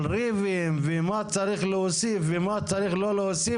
על ריבים ומה צריך להוסיף ומה צריך לא להוסיף,